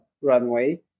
runway